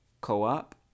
co-op